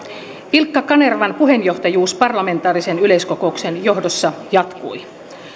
ilkka kanervan puheenjohtajuus parlamentaarisen yleiskokouksen johdossa jatkui